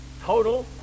total